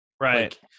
Right